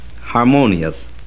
harmonious